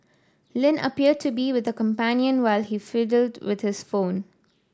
Lin appeared to be with a companion while he fiddled with his phone